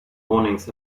warnings